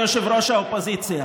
שהיא לא רלוונטית עבורך באופן אישי,